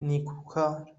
نیکوکار